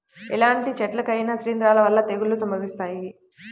ఎలాంటి చెట్లకైనా శిలీంధ్రాల వల్ల తెగుళ్ళు సంభవిస్తాయి